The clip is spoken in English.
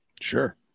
Sure